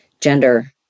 gender